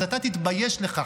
אז אתה תתבייש לך,